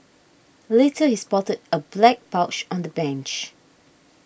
later he spotted a black pouch on the bench